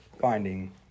finding